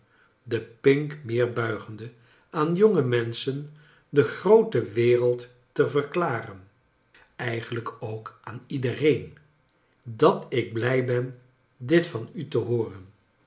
de pink meer buigende aan jonge menschen de groote wereld te verklaren eigenlijk ook aan iedereen dat ik blij ben dit van u te hooren